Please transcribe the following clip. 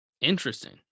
Interesting